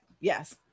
yes